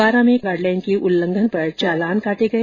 बारां में corona guideline के उल्लंघन पर चालान काटे गए